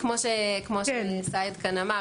כמו שסאיד אמר כאן,